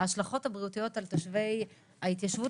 ההשלכות הבריאותיות על תושבי ההתיישבות